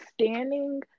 standing